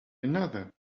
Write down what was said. another